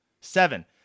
Seven